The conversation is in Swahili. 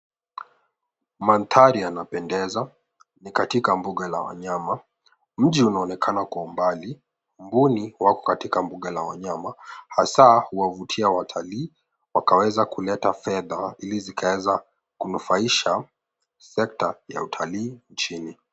Mandhari yanapendeza. Ni katika mbuga la wanyama. Mji unaonekana kwa umbali. Mbuni wako katika mbuga la wanyama hasa huwavutia watalii wakaweza kuleta fedha ili zikaweza kunufaisha sekta ya utalii nchini.